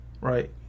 Right